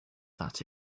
that